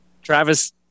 Travis